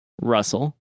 Russell